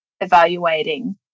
evaluating